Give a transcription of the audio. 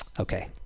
Okay